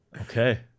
Okay